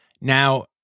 Now